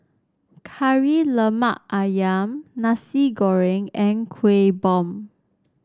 Kari Lemak ayam Nasi Goreng and Kueh Bom